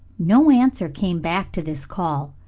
no answer came back to this call,